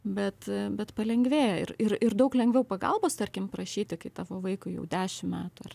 bet bet palengvėja ir ir ir daug lengviau pagalbos tarkim prašyti kai tavo vaikui jau dešim metų ar